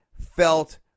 felt